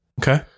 Okay